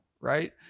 Right